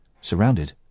surrounded